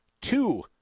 Two